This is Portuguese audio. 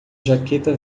jaqueta